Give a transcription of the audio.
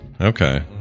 Okay